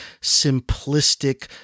simplistic